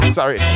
Sorry